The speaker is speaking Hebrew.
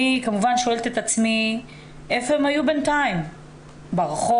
אני כמובן שואלת את עצמי היכן הם היו בינתיים ברחוב?